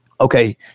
Okay